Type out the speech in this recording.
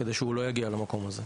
כדי שהוא לא יגיע למקום הזה.